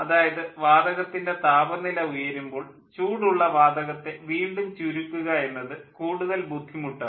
അതായത് വാതകത്തിൻ്റെ താപനില ഉയരുമ്പോൾ ചൂടുള്ള വാതകത്തെ വീണ്ടും ചുരുക്കുക എന്നത് കൂടുതൽ ബുദ്ധിമുട്ടാണ്